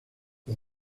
fue